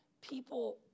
people